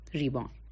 reborn